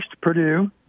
Purdue